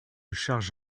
charge